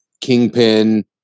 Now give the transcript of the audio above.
Kingpin